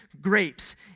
grapes